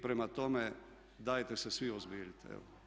Prema tome, dajte se svi uozbiljite.